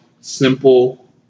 simple